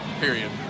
Period